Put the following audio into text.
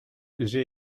j’ai